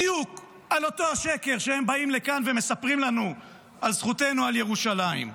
בדיוק על אותו שקר שהם באים לכאן ומספרים לנו על זכותנו על ירושלים.